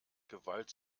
gewalt